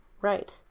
Right